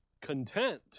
content